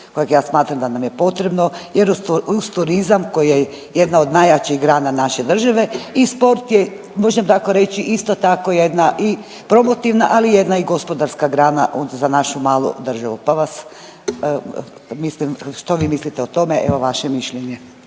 kojeg ja smatram da nam je potrebno. Jer uz turizam koji je jedna od najjačih grana naše države i sport je možemo tako reći isto tako jedna i promotivna ali i jedna gospodarska grana za našu malu državu. Pa vas, mislim što vi mislite o tome. Evo vaše mišljenje.